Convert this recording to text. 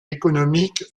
économique